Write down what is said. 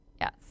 Yes